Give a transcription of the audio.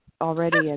already